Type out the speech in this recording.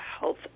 health